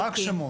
רק שמות.